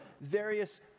various